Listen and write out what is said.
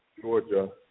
georgia